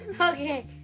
Okay